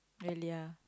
really ah